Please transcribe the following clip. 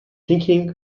thinking